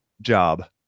job